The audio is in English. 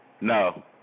No